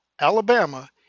alabama